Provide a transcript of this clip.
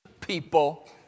people